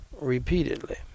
repeatedly